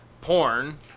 porn